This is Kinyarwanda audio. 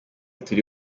turi